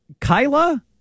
Kyla